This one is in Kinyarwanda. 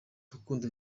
urukundo